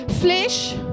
flesh